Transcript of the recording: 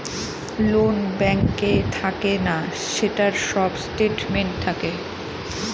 loan ব্যাঙ্কে থাকে না, সেটার সব স্টেটমেন্ট থাকে